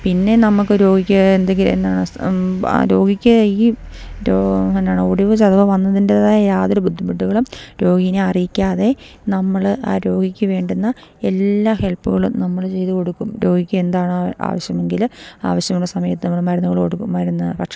പിന്നെ നമുക്ക് രോഗിക്ക് രോഗിക്ക് ഈ ഒടിവോ ചതവോ വന്നതിൻ്റേതായ യാതൊരു ബുദ്ധിമുട്ടുകളും രോഗിയെ അറിയിക്കാതെ നമ്മള് ആ രോഗിക്ക് വേണ്ടുന്ന എല്ലാ ഹെൽപ്പുകളും നമ്മള് ചെയ്തുകൊടുക്കും രോഗിക്ക് എന്താണോ ആവശ്യമെങ്കില് ആവശ്യമുള്ള സമയത്ത് നമ്മള് മരുന്നുകള് കൊടുക്കും മരുന്ന് ഭക്ഷണം